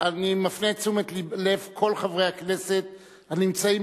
אני מפנה את תשומת לב כל חברי הכנסת הנמצאים,